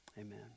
Amen